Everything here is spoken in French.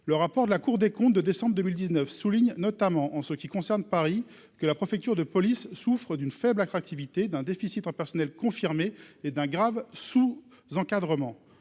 le rapport de la Cour des comptes de décembre 2019 soulignent notamment en ce qui concerne Paris, que la préfecture de police souffrent d'une faible attractivité d'un déficit en personnel, confirmé et d'un grave sous-encadrement